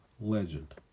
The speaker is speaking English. legend